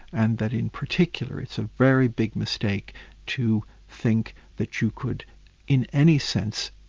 and that in particular it's a very big mistake to think that you could in any sense,